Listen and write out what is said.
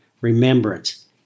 remembrance